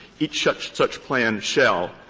each such such plan shall.